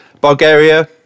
Bulgaria